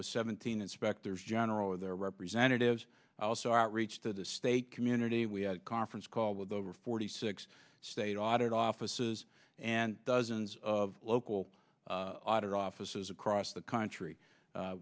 with seventeen inspectors general with their representatives also outreach to the state community we had a conference call with over forty six state audit offices and dozens of local audit offices across the country